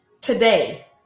today